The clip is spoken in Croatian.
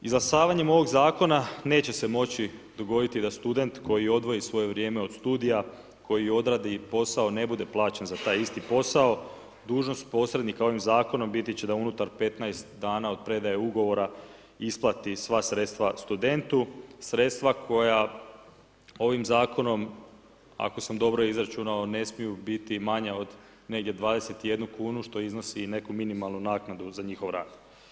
Izglasavanjem ovog zakona neće se moći dogoditi da student koji odvoji svoje vrijeme od studija, koji odradi posao ne bude plaćen za taj isti posao, dužnost posrednika ovim zakonom, biti će da unutar 15 dana, od predaje ugovora, isplati sva sredstva studentu, sredstva koja ovim zakonom, ako sam dobro izračunao, ne smiju biti manja od negdje 21 kn, što iznosi neku minimalnu naknadu za njihov rad.